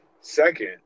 Second